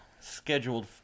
scheduled